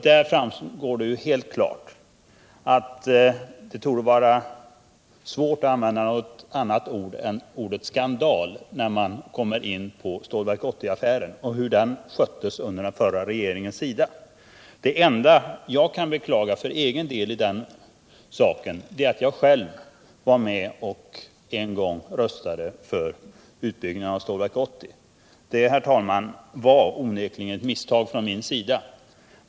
Där framgår det helt klart att det torde vara svårt att använda något annat ord än skandal när man kommer in på Stålverk 80-affären och hur den sköttes av den förra regeringen. Det enda jag kan beklaga för egen del i den saken är att jag själv var med och en gång röstade för utbyggnad av Stålverk 80. Det var, herr talman, onekligen ett misstag från min sida.